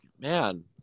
man